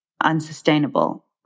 unsustainable